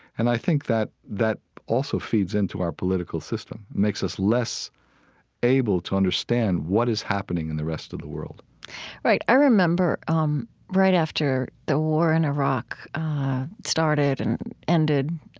and i think that that also feeds into our political system. it makes us less able to understand what is happening in the rest of the world right. i remember um right after the war in iraq started and ended,